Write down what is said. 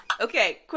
Okay